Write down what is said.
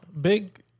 big